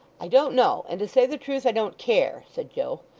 i don't know, and to say the truth, i don't care said joe.